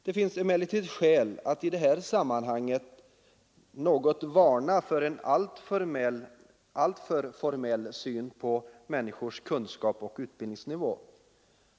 Det finns emellertid skäl att i det här sammanhanget varna för en alltför formell syn på människors kunskapsoch utbildningsnivå.